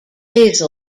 this